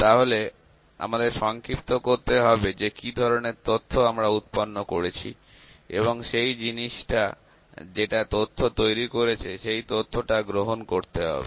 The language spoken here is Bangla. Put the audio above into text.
তাহলে আমাদের সংক্ষিপ্ত করতে হবে যে কি ধরনের তথ্য আমরা উৎপন্ন করেছি এবং সেই জিনিসটা যেটা তথ্য তৈরি করেছে সেই তথ্যটা গ্রহণ করতে হবে